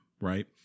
right